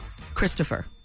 Christopher